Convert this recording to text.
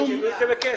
תמר- -- לא ייתן לו כסף,